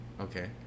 Okay